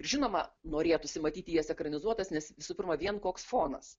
žinoma norėtųsi matyti jas ekranizuotas nes visų pirma vien koks fonas